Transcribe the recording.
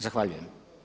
Zahvaljujem.